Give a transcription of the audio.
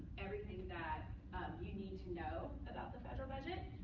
everything that you need to know about the federal budget.